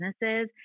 businesses